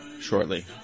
shortly